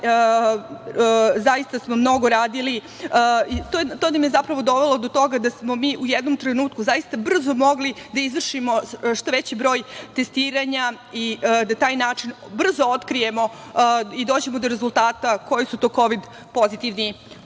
zaista smo mnogo radili. To nas je zapravo dovelo do toga da smo mi u jednom trenutku zaista brzo mogli da izvršimo što veći broj testiranja i na taj način brzo otkrijemo i dođemo do rezultata koje su to Kovid pozitivni